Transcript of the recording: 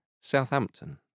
Southampton